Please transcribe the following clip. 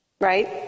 Right